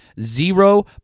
Zero